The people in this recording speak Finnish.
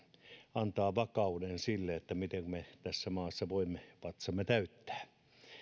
antaa vakauden sille miten me tässä maassa voimme vatsamme täyttää